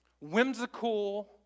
whimsical